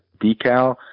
decal